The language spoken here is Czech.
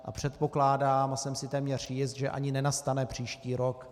A předpokládám a jsem si téměř jist, že ani nenastane příští rok.